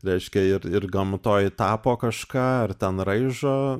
reiškia ir ir gamtoj tapo kažką ar ten raižo